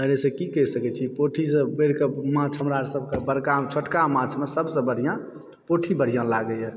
आर एहिसँ की कही सकैत छी पोठीसँ बढ़िके माछ हमरासभके बड़का छोटका माछमे सभसँ बढ़िआँ पोठी बढ़िआँ लगयए